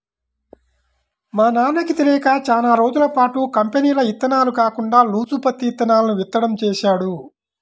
మా నాన్నకి తెలియక చానా రోజులపాటు కంపెనీల ఇత్తనాలు కాకుండా లూజు పత్తి ఇత్తనాలను విత్తడం చేశాడు